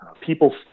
people